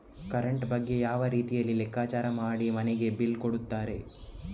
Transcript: Current ಬಗ್ಗೆ ಯಾವ ರೀತಿಯಲ್ಲಿ ಲೆಕ್ಕಚಾರ ಮಾಡಿ ಮನೆಗೆ ಬಿಲ್ ಕೊಡುತ್ತಾರೆ?